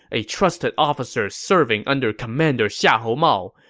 a trusted officer serving under commander xiahou mao.